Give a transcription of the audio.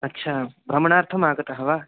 अच्छा भ्रमणार्थम् आगतः वा